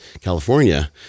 California